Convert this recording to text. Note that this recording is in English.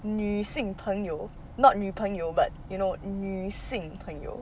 女性朋友 not 女朋友 but you know 女性朋友